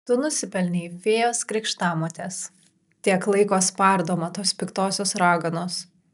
tu nusipelnei fėjos krikštamotės tiek laiko spardoma tos piktosios raganos